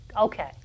Okay